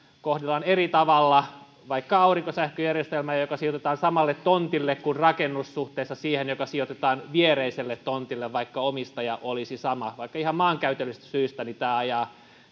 kohdellaan eri tavalla vaikka aurinkosähköjärjestelmää joka sijoitetaan samalle tontille kuin rakennus suhteessa siihen joka sijoitetaan viereiselle tontille vaikka omistaja olisi sama ihan maankäytöllisistä syistä tämä ajaa